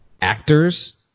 actors